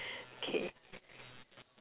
K